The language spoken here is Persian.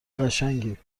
قشنگی